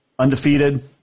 Undefeated